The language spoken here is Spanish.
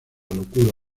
locura